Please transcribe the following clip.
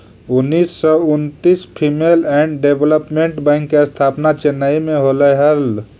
उन्नीस सौ उन्नितिस फीमेल एंड डेवलपमेंट बैंक के स्थापना चेन्नई में होलइ हल